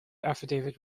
affidavit